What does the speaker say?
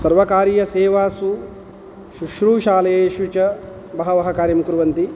सर्वकारीयसेवासु शुश्रूषालयेषु च बहवः कार्यं कुर्वन्ति